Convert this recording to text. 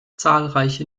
zahlreiche